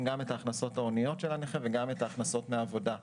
לדעת גם את ההכנסות ההוניות של הנכה וגם את ההכנסות מעבודה.